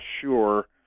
sure